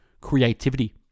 Creativity